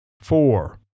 Four